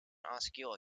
osceola